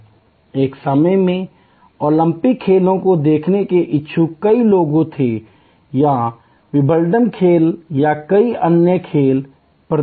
एक समय में ओलंपिक खेलों को देखने के इच्छुक कई लोग थे या विंबलडन खेल या कई अन्य खेल प्रतियोगिताएं